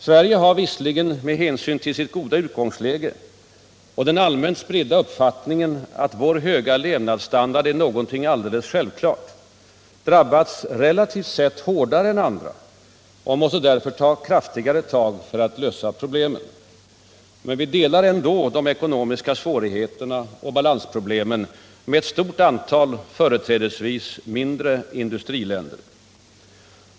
Sverige har visserligen, med hänsyn till sitt goda utgångsläge och den allmänt spridda uppfattningen, att vår höga levnadsstandard är någonting alldeles självklart, drabbats relativt sett hårdare än andra och måste därför ta kraftigare tag för att lösa problemen. Vi delar likväl de ekonomiska svårigheterna och balansproblemen med ett stort antal, företrädesvis mindre, industriländer.